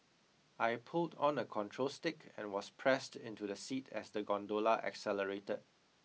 I pulled on a control stick and was pressed into the seat as the gondola accelerated